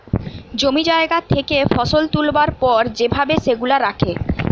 জমি জায়গা থেকে ফসল তুলবার পর যে ভাবে সেগুলা রাখে